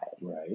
right